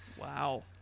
Wow